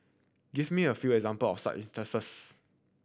give me a few example of such instances